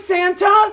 Santa